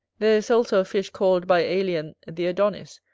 there is also a fish called by aelian the adonis,